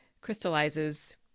crystallizes